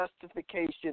justification